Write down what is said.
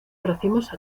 racimos